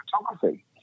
photography